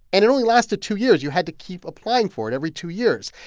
and it only lasted two years. you had to keep applying for it every two years.